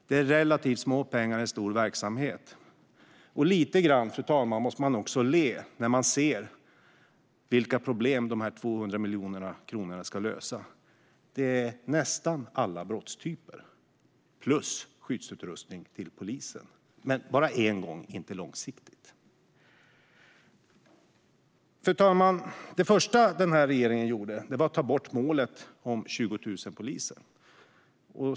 Det är relativt små pengar i en stor verksamhet. Fru talman! Lite grann måste man le när man ser vilka problem som de 200 miljoner kronorna ska lösa. Det omfattar nästan alla brottstyper plus skyddsutrustning till polisen, men det är bara en engångssatsning, ingenting långsiktigt. Fru talman! Det första som den här regeringen gjorde var att ta bort målet om 20 000 poliser.